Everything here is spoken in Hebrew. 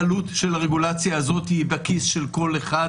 העלות של הרגולציה הזאת היא בכיס של כל אחד,